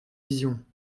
vision